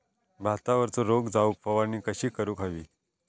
भातावरचो रोग जाऊक फवारणी कशी करूक हवी?